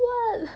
what